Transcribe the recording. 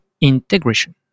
integration